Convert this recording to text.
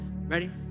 ready